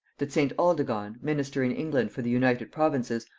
that st. aldegond, minister in england for the united provinces,